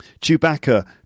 Chewbacca